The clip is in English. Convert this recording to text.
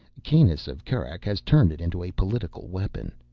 kanus of kerak has turned it into a political weapon